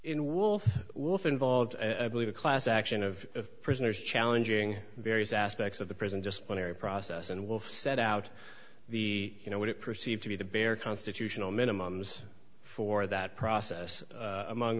in wolf wolf involved i believe a class action of prisoners challenging various aspects of the prison just when every process and wolf set out the you know what it perceived to be the bare constitutional minimums for that process among